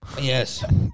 Yes